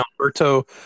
alberto